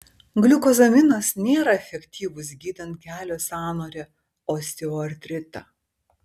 gliukozaminas nėra efektyvus gydant kelio sąnario osteoartritą